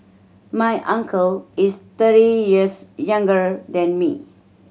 my uncle is thirty years younger than me